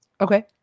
Okay